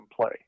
play